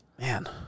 man